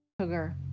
Sugar